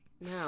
No